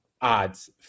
odds